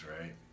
right